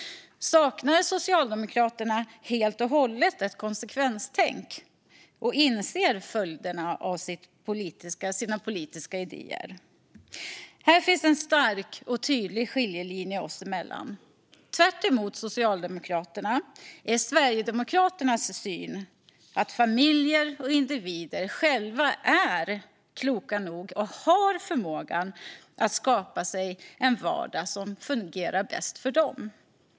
Saknar Socialdemokraterna helt och hållet konsekvenstänk, och inser de inte följderna av sina politiska idéer? Här finns en stark och tydlig skiljelinje oss emellan. Tvärtemot Socialdemokraterna är Sverigedemokraternas syn att familjer och individer själva är kloka nog och har förmågan att skapa sig en vardag som fungerar bäst för dem.